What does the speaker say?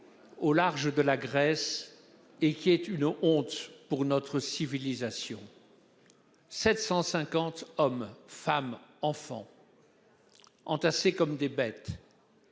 au large de la Grèce et qui est une honte pour notre civilisation. En effet, 750 hommes, femmes et enfants, entassés comme des bêtes